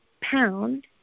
pound